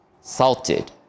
salted